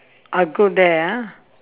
I go there ah